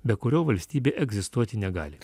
be kurio valstybė egzistuoti negali